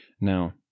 Now